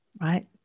right